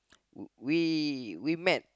we we met